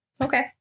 okay